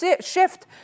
shift